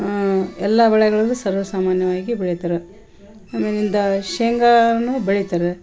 ಎಲ್ಲ ಬೆಳೆಗಳನ್ನು ಸರ್ವೆ ಸಾಮಾನ್ಯವಾಗಿ ಬೆಳಿತಾರೆ ಆಮೇಲಿಂದ ಶೇಂಗಾನೂ ಬೆಳಿತಾರೆ